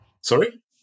Sorry